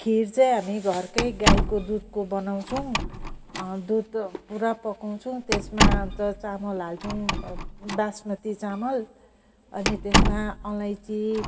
खिर चाहिँ हामी घरकै गाईको दुधको बनाउँछौँ दुध पुरा पकाउँछौँ त्यसमा अन्त चामल हाल्छौँ बासमती चामल अनि त्यसमा अलैँची